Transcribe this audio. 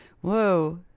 Whoa